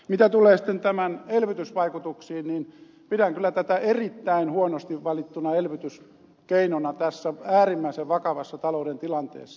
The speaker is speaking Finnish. mitä tulee sitten tämän elvytysvaikutuksiin niin pidän kyllä tätä erittäin huonosti valittuna elvytyskeinona tässä äärimmäisen vakavassa talouden tilanteessa